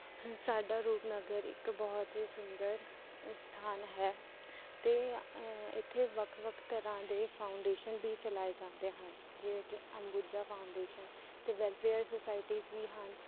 ਸਾਡਾ ਰੂਪਨਗਰ ਇੱਕ ਬਹੁਤ ਹੀ ਸੁੰਦਰ ਸਥਾਨ ਹੈ ਅਤੇ ਇੱਥੇ ਵੱਖ ਵੱਖ ਤਰ੍ਹਾਂ ਦੇ ਫਾਊਂਡੇਸ਼ਨ ਵੀ ਚਲਾਏ ਜਾਂਦੇ ਹਨ ਜਿਵੇਂ ਕਿ ਅੰਬੂਜਾ ਫਾਊਡੇਸ਼ਨ ਅਤੇ ਵੈਲਫੇਅਰ ਸੋਸਾਇਟੀਜ ਵੀ ਹਨ